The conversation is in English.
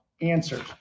answers